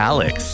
Alex